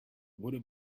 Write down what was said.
would